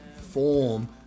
form